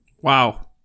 Wow